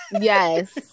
yes